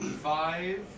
Five